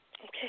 Okay